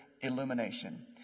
illumination